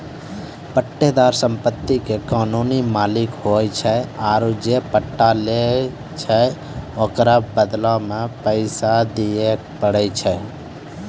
पट्टेदार सम्पति के कानूनी मालिक होय छै आरु जे पट्टा लै छै ओकरो बदला मे पैसा दिये पड़ै छै